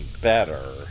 better